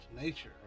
nature